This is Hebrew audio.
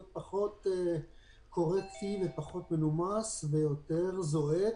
פחות קורקטי ופחות מנומס ויותר זועק,